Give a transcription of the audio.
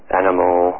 animal